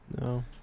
No